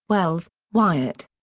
wells, wyatt.